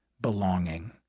belonging